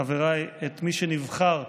חבריי, את מי שנבחר,